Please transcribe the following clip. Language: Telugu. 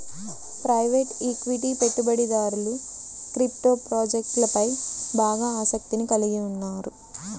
ప్రైవేట్ ఈక్విటీ పెట్టుబడిదారులు క్రిప్టో ప్రాజెక్ట్లపై బాగా ఆసక్తిని కలిగి ఉన్నారు